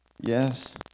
yes